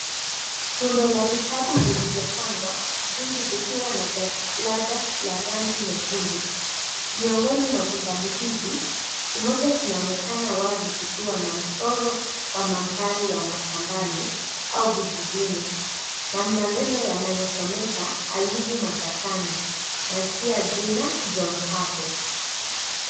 Rundo la vitabu vilivyopangwa , vingi vikiwa na jalada ya rangi nyekundu. Miongoni mwa vitabu hivi kimoja kinaonekana wazi kikiwa na mchoro wa mandhari ya mashambani au vijijini na maneno yanayosomeka 'Ayubu mashakani' na pia jina John Habwe.